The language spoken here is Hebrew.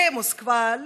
למוסקבה,